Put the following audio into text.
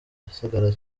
gisagara